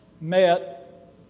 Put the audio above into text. met